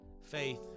faith